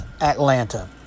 Atlanta